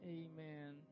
amen